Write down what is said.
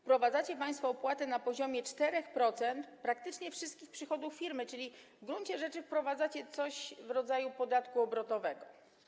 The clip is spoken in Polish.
Wprowadzacie państwo opłatę na poziomie 4% praktycznie wszystkich przychodów firmy, czyli w gruncie rzeczy wprowadzacie coś w rodzaju podatku obrotowego.